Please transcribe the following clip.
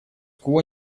кво